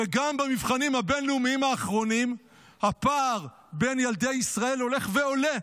וגם במבחנים הבין-לאומיים האחרונים הפער בין ילדי ישראל הולך ועולה,